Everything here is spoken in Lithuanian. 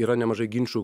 yra nemažai ginčų